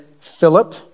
Philip